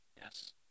yes